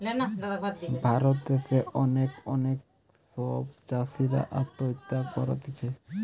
ভারত দ্যাশে অনেক অনেক সব চাষীরা আত্মহত্যা করতিছে